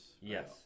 yes